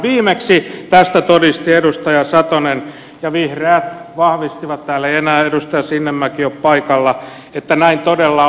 viimeksi tästä todisti edustaja satonen ja vihreät vahvistivat täällä ei enää edustaja sinnemäki ole paikalla että näin todella on